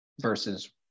versus